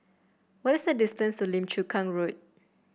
what is the distance to Lim Chu Kang Road